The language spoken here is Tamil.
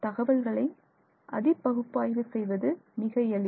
தகவல்களை அதி பகுப்பாய்வு செய்வது மிக எளிது